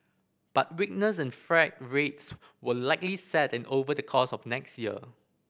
but weakness in freight rates will likely set in over the course of next year